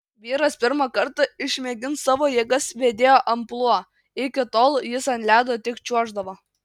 vyras pirmą kartą išmėgins savo jėgas vedėjo amplua iki tol jis ant ledo tik čiuoždavo